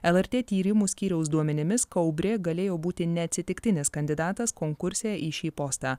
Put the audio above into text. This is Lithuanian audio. lrt tyrimų skyriaus duomenimis kaubrė galėjo būti neatsitiktinis kandidatas konkurse į šį postą